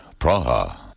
Praha